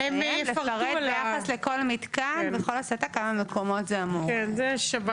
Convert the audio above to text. לפרט ביחס לכל מתקן בכל הסתה כמה מקומות זה אמור לתת.